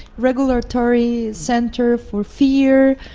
regulatory centre for fear,